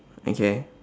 okay